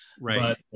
Right